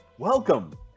Welcome